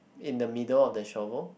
in the middle of the shovel